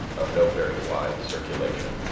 of no very wide circulation,